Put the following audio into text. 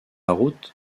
route